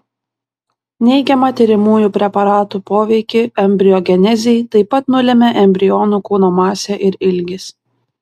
neigiamą tiriamųjų preparatų poveikį embriogenezei taip pat nulemia embrionų kūno masė ir ilgis